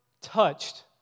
touched